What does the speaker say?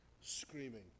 screaming